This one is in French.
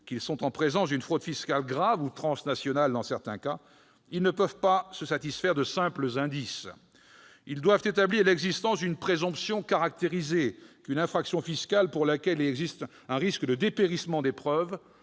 qu'ils sont en présence d'une fraude fiscale grave ou transnationale dans certains cas. Ils ne peuvent pas se satisfaire de simples indices. Ils doivent établir l'existence d'une présomption caractérisée qu'une infraction fiscale pour laquelle il existe un risque de dépérissement des preuves